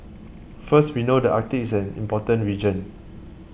first we know the Arctic is an important region